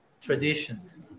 traditions